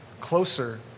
closer